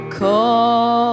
call